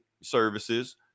services